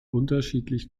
unterschiedlich